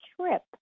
trip